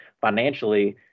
financially